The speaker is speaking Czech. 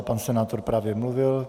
Pan senátor právě mluvil.